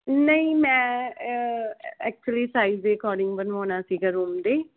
ਨਹੀਂ ਮੈਂ actually size ਦੇ ਅਕੋਰਡਿੰਗ ਬਣਵਾਉਣਾ ਸੀਗਾ ਰੂਮ ਦੇ